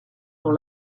dans